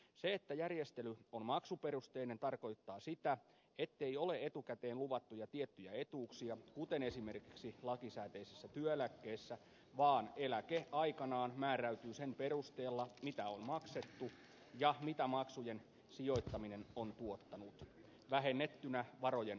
se että järjestely on maksuperusteinen tarkoittaa sitä ettei ole etukäteen luvattuja tiettyjä etuuksia kuten esimerkiksi lakisääteisissä työeläkkeissä vaan eläke aikanaan määräytyy sen perusteella mitä on maksettu ja mitä maksujen sijoittaminen on tuottanut vähennettynä varojen hoitokuluilla